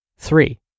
Three